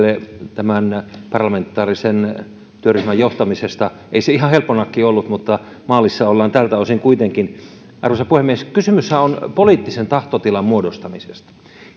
tämän parlamentaarisen työryhmän johtamisesta ei se ihan helppo nakki ollut mutta maalissa ollaan tältä osin kuitenkin arvoisa puhemies kysymyshän on poliittisen tahtotilan muodostamisesta